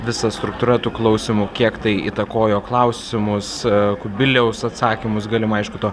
visa struktūra tų klausymų kiek tai įtakojo klausimus kubiliaus atsakymus galimai aišku to